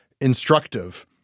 instructive